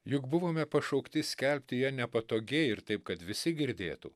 juk buvome pašaukti skelbti ją nepatogiai ir taip kad visi girdėtų